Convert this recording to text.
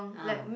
ah